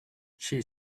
she